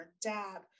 dab